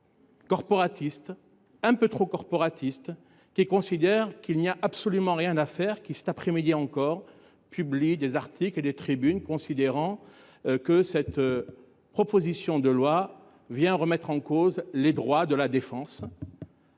un peu trop corporatistes –, qui considèrent qu’il n’y a absolument rien à faire et qui, cet après midi encore, publient des articles et des tribunes affirmant que cette proposition de loi remet en cause les droits de la défense,